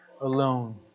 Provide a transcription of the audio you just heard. alone